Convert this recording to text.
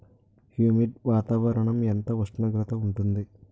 Humid వాతావరణం ఎంత ఉష్ణోగ్రత ఉంటుంది?